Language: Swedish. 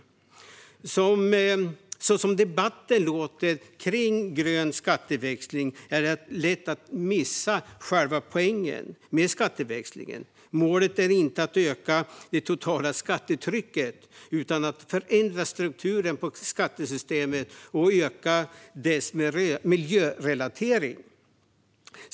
När man lyssnar på hur debatten låter kring grön skatteväxling är det lätt att missa själva poängen med skatteväxlingen. Målet är inte att öka det totala skattetrycket utan att förändra strukturen på skattesystemet och öka dess miljörelatering.